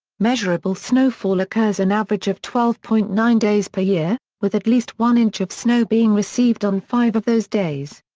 measurable snowfall occurs an average of twelve point nine days per year, with at least one inch of snow being received on five of those days.